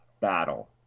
battle